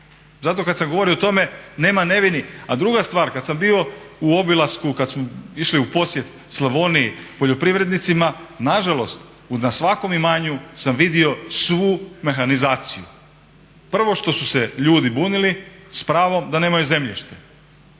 Zato kada sam govorio o tome nema nevinih. A druga stvar, kada sam bio u obilasku, kada smo išli u posjet Slavoniji, poljoprivrednicima, nažalost na svakom imanju sam vidio svu mehanizaciju. Prvo što su se ljudi bunili s pravom da nemaju zemljište.